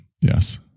Yes